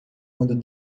quando